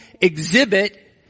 exhibit